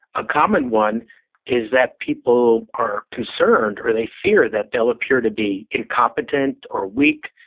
a common one is that people are concerned or they fear that they'll appear to be incompetent or weak,